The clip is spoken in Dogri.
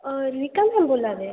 नी कुन्न बोल्ला दे